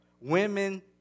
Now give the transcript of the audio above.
Women